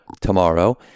tomorrow